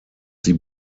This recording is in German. sie